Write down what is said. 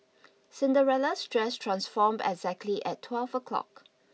Cinderella's dress transformed exactly at twelve O'clock